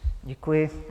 Děkuji.